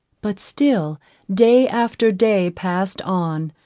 but still day after day passed on,